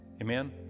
Amen